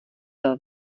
byl